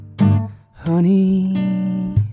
Honey